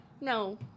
No